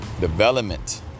development